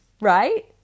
Right